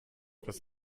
etwas